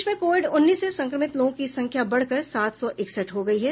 प्रदेश में कोविड उन्नीस से संक्रमित लोगों की संख्या बढ़कर सात सौ इकसठ हो गयी है